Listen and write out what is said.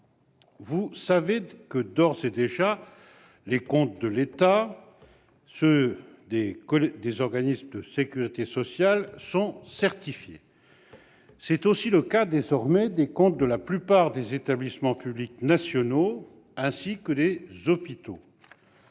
Vous le savez, les comptes de l'État et des organismes de sécurité sociale sont d'ores et déjà certifiés. C'est aussi le cas, désormais, des comptes de la plupart des établissements publics nationaux, ainsi que des hôpitaux.